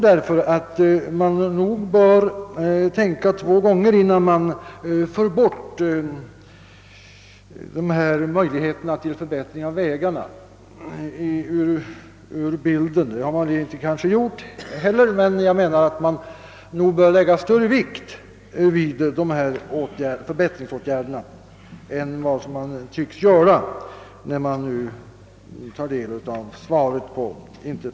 Därför bör man nog tänka två gånger, innan man för bort dessa möjligheter till förbättring av vägarna ur bilden. Det kanske inte heller har gjorts, men jag menar, att man nog bör lägga större vikt vid de här förbättringsåtgärderna än man tycks göra — av interpellationssvaret att döma.